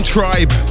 Tribe